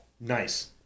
Nice